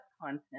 content